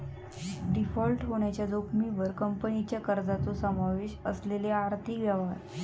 default होण्याच्या जोखमीवर कंपनीच्या कर्जाचो समावेश असलेले आर्थिक व्यवहार